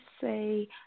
say